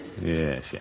Yes